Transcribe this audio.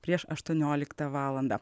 prieš aštuonioliktą valandą